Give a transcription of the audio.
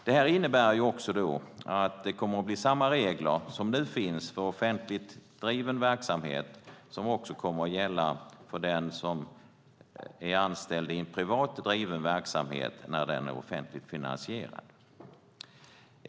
Det här innebär också att det kommer att bli samma regler som nu finns för offentligt driven verksamhet som kommer att gälla för den som är anställd i en privat driven verksamhet när den är offentligt finansierad.